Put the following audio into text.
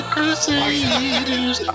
Crusaders